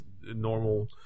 normal